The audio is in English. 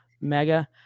mega